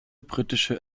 britische